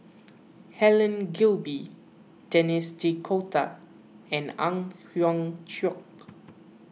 Helen Gilbey Denis D'Cotta and Ang Hiong Chiok